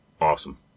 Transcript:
awesome